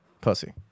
Pussy